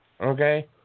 okay